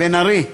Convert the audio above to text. בן ארי,